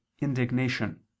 indignation